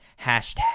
hashtag